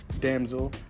damsel